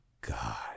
God